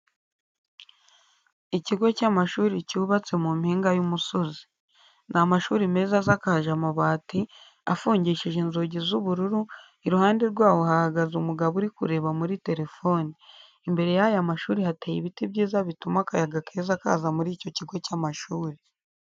Ikigo cy'amashuri cyubatse mu mpinga y'umusozi. Ni amashuri meza asakaje amabati, afungishije inzugi z'ubururu, irihande rwaho hahagaze umugabo uri kureba muri terefone. Imbere y'aya mashuri hateye ibiti byiza bituma akayaga keza kaza muri icyo kigo cy'amashuri.